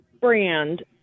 Brand